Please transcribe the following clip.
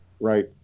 right